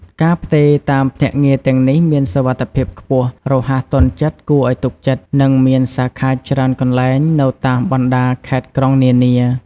ការផ្ទេរតាមភ្នាក់ងារទាំងនេះ មានសុវត្ថិភាពខ្ពស់ រហ័សទាន់ចិត្ត គួរឱ្យទុកចិត្ត និងមានសាខាច្រើនកន្លែងនៅតាមបណ្ដាខេត្តក្រុងនានា។